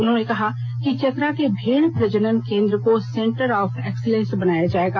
उन्होंने कहा कि चतरा के भेड़ प्रजनन केंद्र को सेंटर ऑफ एक्सीलेंस बनाया जाएगा